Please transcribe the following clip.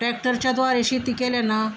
टॅक्टरच्याद्वारे शेती केल्यानं